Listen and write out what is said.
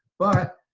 but